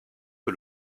que